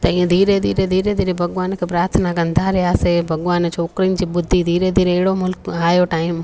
त हीअं धीरे धीरे धीरे धीरे भॻवान खे प्रार्थना कंदा रहियासीं भॻवान छोकिरियुनि जी ॿुधी धीरे धीरे अहिड़ो मुल्क में आहियो टाइम